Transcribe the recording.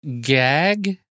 gag